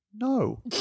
No